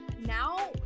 now